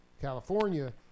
California